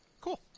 Cool